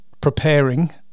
preparing